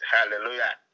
Hallelujah